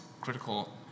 critical